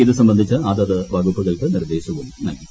ഇതു സംബന്ധിച്ച് അതത് വകുപ്പുകൾക്ക് നിർദേശവും നൽകി